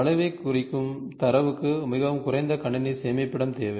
வளைவைக் குறிக்கும் தரவுக்கு மிகக் குறைந்த கணினி சேமிப்பிடம் தேவை